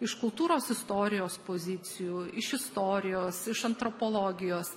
iš kultūros istorijos pozicijų iš istorijos iš antropologijos